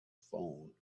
phone